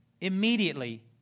immediately